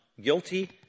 guilty